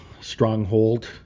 Stronghold